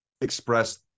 express